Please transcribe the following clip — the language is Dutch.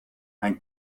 mijn